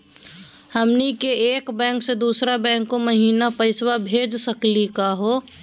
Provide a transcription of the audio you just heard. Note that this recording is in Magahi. हमनी के एक बैंको स दुसरो बैंको महिना पैसवा भेज सकली का हो?